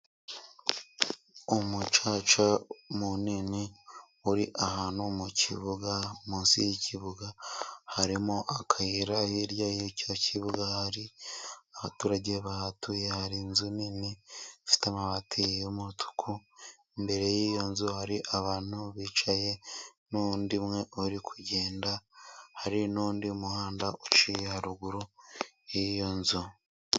Umucaca munini uri ahantu mu kibuga, munsi y'ikibuga harimo akayira, hirya y'icyo kibuga hari abaturage bahatuye, hari inzu nini ifite amabati y'umutuku, imbere y'iyo nzu hari abantu bicaye n'undi umwe uri kugenda, hari n'undi muhanda uciye haruguru y'iyo nzu.